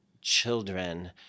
children